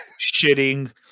shitting